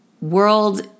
world